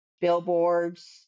billboards